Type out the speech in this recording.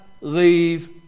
leave